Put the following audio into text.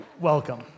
welcome